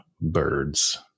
birds